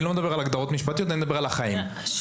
אני לא מדבר על הגדרות משפטיות אלא אני מדבר על החיים ובחיים,